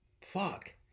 Fuck